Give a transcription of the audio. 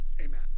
amen